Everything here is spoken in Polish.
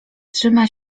trzyma